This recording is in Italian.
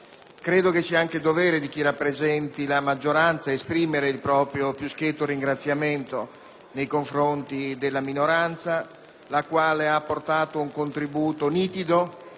anche sia dovere di chi rappresenta la maggioranza esprimere il proprio più schietto ringraziamento nei confronti della minoranza, la quale ha portato un contributo nitido